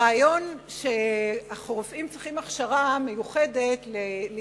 הרעיון שרופאים צריכים הכשרה מיוחדת להיות